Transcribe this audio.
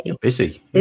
busy